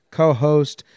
co-host